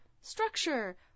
structure